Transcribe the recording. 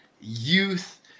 youth